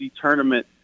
tournament